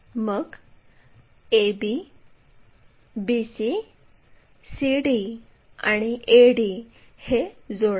मग a b b c c d आणि a d हे जोडा